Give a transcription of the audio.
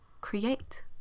create